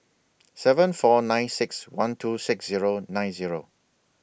seven four nine six one two six Zero nine Zero